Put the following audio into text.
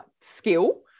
skill